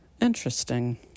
interesting